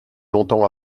longtemps